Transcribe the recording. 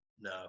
no